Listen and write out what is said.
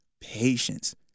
patience